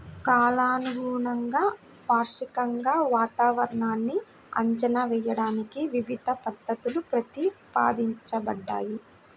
కాలానుగుణంగా, వార్షికంగా వాతావరణాన్ని అంచనా వేయడానికి వివిధ పద్ధతులు ప్రతిపాదించబడ్డాయి